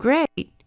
Great